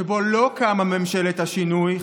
שבו לא קמה ממשלת השינוי,